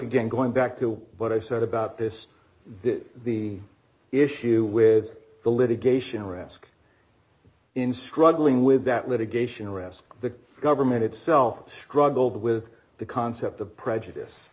again going back to what i said about this this is the issue with d the litigation risk in struggling with that litigation or ask the government itself struggled with the concept of prejudice